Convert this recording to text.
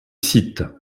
site